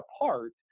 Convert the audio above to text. apart